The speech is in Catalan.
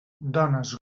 dones